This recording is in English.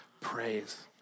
praise